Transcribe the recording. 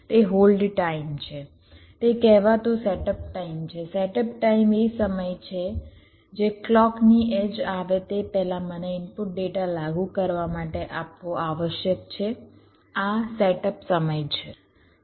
તે hold time છે તે કહેવાતો સેટઅપ ટાઇમ છે સેટઅપ ટાઇમ એ સમય છે જે ક્લૉકની એડ્જ આવે તે પહેલાં મને ઇનપુટ ડેટા લાગુ કરવા માટે આપવો આવશ્યક છે આ સેટઅપ સમય છે